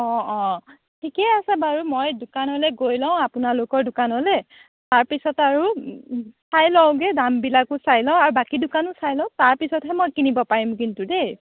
অ অ ঠিকে আছে বাৰু মই দোকানলৈ গৈ লওঁ আপোনালোকৰ দোকানলৈ তাৰপিছত আৰু চাই লওঁগৈ দামবিলাকো চাই লওঁ আৰু বাকী দোকানো চাই লওঁ তাৰপিছতহে মই কিনিব পাৰিম কিন্তু দেই